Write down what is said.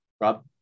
Rob